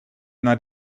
naar